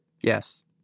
yes